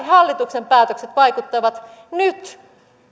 hallituksen päätökset vaikuttavat nyt